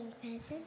presents